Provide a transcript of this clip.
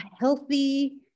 healthy